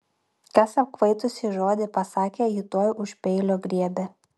kas apkvaitusiai žodį pasakė ji tuoj už peilio griebia